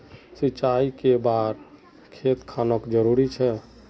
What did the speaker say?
सिंचाई कै बार खेत खानोक जरुरी छै?